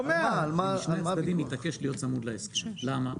משני הצדדים מתעקש להיות צמוד להסכם, למה?